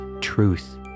truth